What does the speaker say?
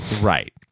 Right